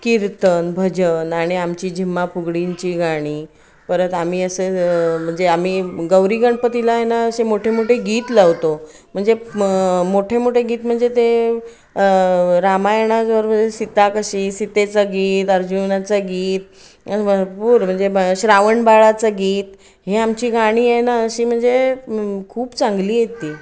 कीर्तन भजन आणि आमची झिम्मा फुगडींची गाणी परत आम्ही असं म्हणजे आम्ही गौरी गणपतीला आहे ना असे मोठे मोठे गीत लावतो म्हणजे मोठे मोठे गीत म्हणजे ते रामायण सीता कशी सितेचं गीत अर्जुनाचं गीत भरपूर म्हणजे श्रावण बाळाचं गीत हे आमची गाणी आहे ना अशी म्हणजे खूप चांगली आहेत ती